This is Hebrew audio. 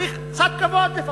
צריך לפחות קצת כבוד.